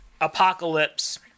Apocalypse